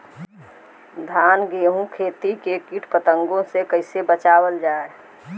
धान गेहूँक खेती के कीट पतंगों से कइसे बचावल जाए?